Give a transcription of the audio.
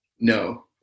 no